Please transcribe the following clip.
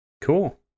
Cool